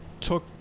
took